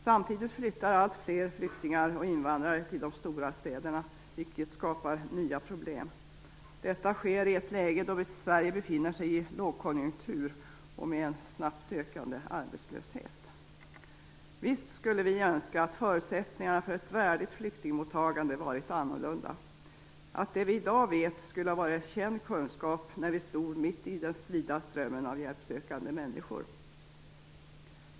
Samtidigt flyttar alltfler flyktingar och invandrare till de stora städerna, vilket skapar nya problem. Detta sker i ett läge då Sverige befinner sig i lågkonjunktur och har en snabbt ökande arbetslöshet. Visst skulle vi önska att förutsättningarna för ett värdigt flyktingmottagande varit annorlunda, att det vi i dag vet skulle ha varit känd kunskap när vi stod mitt i den strida strömmen av hjälpsökande människor.